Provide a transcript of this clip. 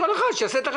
כל אחד שיעשה את החשבון.